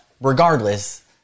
regardless